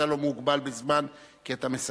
אתה לא מוגבל בזמן, כי אתה מסכם,